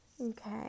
Okay